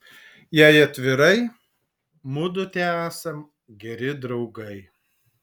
jei atvirai mudu tesam geri draugai